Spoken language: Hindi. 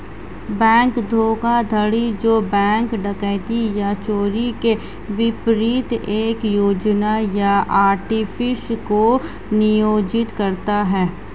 बैंक धोखाधड़ी जो बैंक डकैती या चोरी के विपरीत एक योजना या आर्टिफिस को नियोजित करते हैं